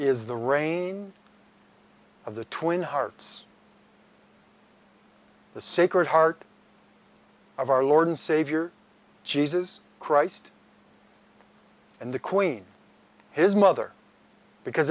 is the reign of the twin hearts the sacred heart of our lord and savior jesus christ and the queen his mother because